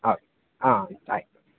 हा हा अस्तु